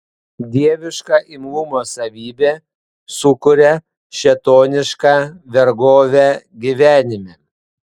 dieviška imlumo savybė sukuria šėtonišką vergovę gyvenime